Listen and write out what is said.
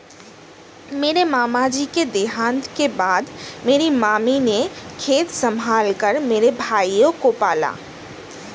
मेरे मामा जी के देहांत के बाद मेरी मामी ने खेत संभाल कर मेरे भाइयों को पाला